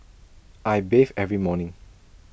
I bathe every morning